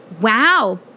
Wow